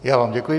Já vám děkuji.